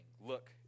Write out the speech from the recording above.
Look